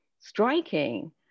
striking